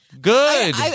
Good